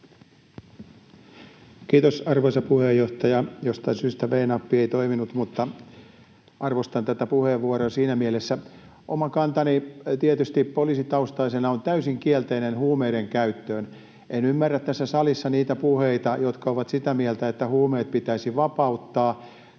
Kiitos, arvoisa puheenjohtaja! Jostain syystä V-nappi ei toiminut, mutta arvostan tätä puheenvuoroa siinä mielessä. — Oma kantani tietysti poliisitaustaisena on täysin kielteinen huumeiden käyttöön. En ymmärrä tässä salissa niitä puheita, jotka ovat sitä mieltä, että huumeet pitäisi vapauttaa,